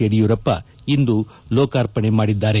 ಯಡಿಯೂರಪ್ಪ ಇಂದು ಲೋಕಾರ್ಪಣೆ ಮಾಡಿದ್ದಾರೆ